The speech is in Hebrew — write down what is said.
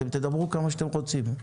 אתם תדברו כמה שאתם רוצים.